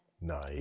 Nice